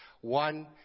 one